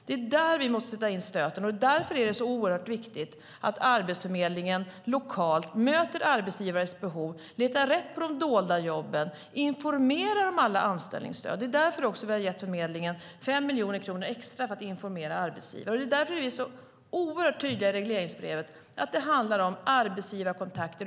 Det är där vi måste sätta in stöten, och därför är det så oerhört viktigt att Arbetsförmedlingen lokalt möter arbetsgivares behov, letar rätt på de dolda jobben och informerar om alla anställningsstöd. Det är därför vi har gett förmedlingen 5 miljoner kronor extra för att informera arbetsgivare. Det är därför vi är så oerhört tydliga i regleringsbrevet att det handlar om arbetsgivarkontakter.